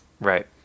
Right